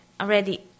already